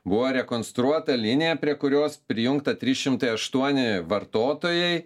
buvo rekonstruota linija prie kurios prijungta trys šimtai aštuoni vartotojai